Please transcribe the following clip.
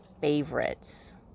favorites